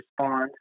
respond